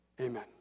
Amen